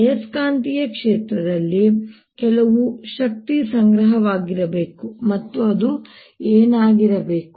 ಆಯಸ್ಕಾಂತೀಯ ಕ್ಷೇತ್ರದಲ್ಲಿ ಕೆಲವು ಶಕ್ತಿ ಸಂಗ್ರಹವಾಗಿರಬೇಕು ಮತ್ತು ಅದು ಏನಾಗಿರಬೇಕು